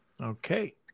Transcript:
Okay